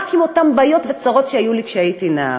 עם אותן בעיות וצרות שהיו לי כשהייתי נער.